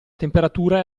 temperatura